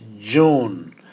June